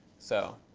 so